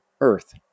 Earth